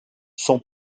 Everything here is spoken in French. son